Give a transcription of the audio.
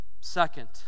second